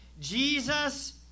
Jesus